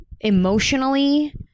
emotionally